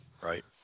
Right